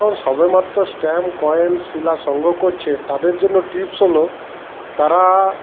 সবেমাত্র stamp coin শিলা সংগ্রহ করছে তাদের জন্য টিপস হল তারা